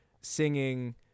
singing